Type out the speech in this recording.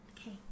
Okay